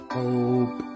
hope